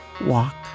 walk